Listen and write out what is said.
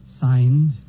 Signed